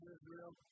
Israel